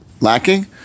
lacking